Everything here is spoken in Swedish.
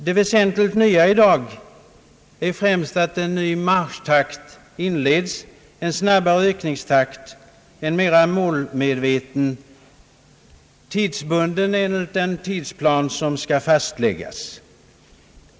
Det väsentligt nya i dag är främst att en ny marschtakt inleds, en snabbare ökningstakt, mera målmedveten och tidsbunden enligt den tidsplan som skall fastläggas.